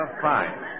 fine